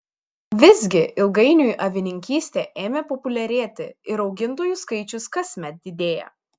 visgi ilgainiui avininkystė ėmė populiarėti ir augintojų skaičius kasmet didėja